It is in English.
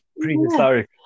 prehistoric